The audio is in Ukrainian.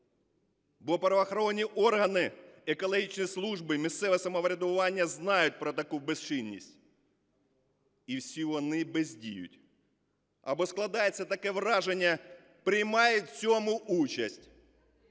Бо правоохоронні органи, екологічні служби, місцеве самоврядування знають про таку безчинність і всі вони бездіють. Або, складається таке враження, приймають в цьому участь.